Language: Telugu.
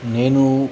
నేను